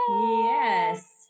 Yes